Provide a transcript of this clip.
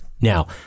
Now